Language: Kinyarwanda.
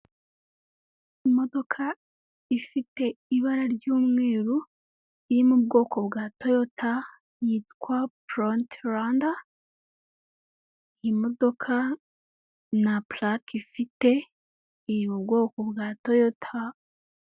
Imodoka ifite ibara ry'umeru, iri mu bwoko bwa Toyota yitwa Pront Lander, imodoka nta purake ifite, iri mu bwoko bwa Toyota.